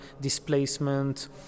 displacement